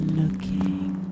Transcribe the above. looking